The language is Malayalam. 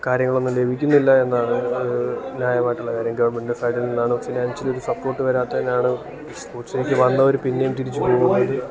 കാര്യങ്ങളൊന്നും ലഭിക്കുന്നില്ല എന്നാണ് ന്യായമായിട്ടുള്ള കാര്യം ഗവൺമെൻറ്റിൻറ്റെ സൈഡിന്നാണ് ഫിനാൻഷ്യലിയൊരു സപ്പോർട്ട് വരാത്തതെന്നാണ് സ്പോർട്സിലേക്ക് വന്നവർ പിന്നെയും തിരിച്ച് പോകുന്നത്